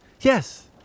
Yes